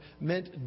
meant